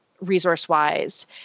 resource-wise